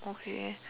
okay